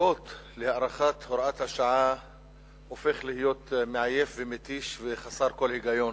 הסיבות להארכת הוראת השעה הופך להיות מעייף ומתיש וחסר כל היגיון.